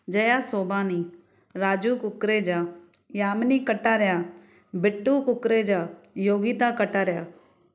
Jaya Sobhani Raju Kukreja Yamini Kataria Bittu Kukreja Yogita Kataria